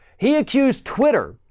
he accused twitter,